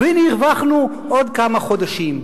והנה הרווחנו עוד כמה חודשים.